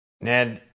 Ned